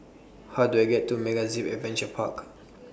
How Do I get to MegaZip Adventure Park